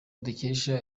dukesha